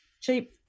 cheap